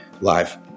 live